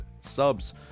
subs